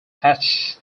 hatch